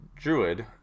druid